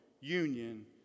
union